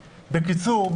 בקיצור,